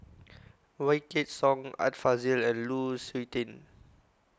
Wykidd Song Art Fazil and Lu Suitin